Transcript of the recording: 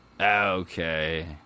Okay